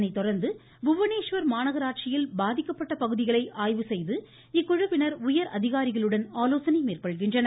அதனை தொடர்ந்து புவனேஸ்வர் மாநகராட்சியில் பாதிக்கப்பட்ட பகுதிகளை செய்து இக்குழுவினர் உயர் அதிகாரிகளுடன் ஆய்வு மேற்கொள்கின்றனர்